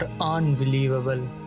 unbelievable